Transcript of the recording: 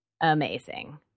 Amazing